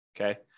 Okay